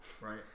Right